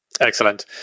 Excellent